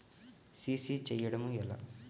CC చేయడము ఎలా?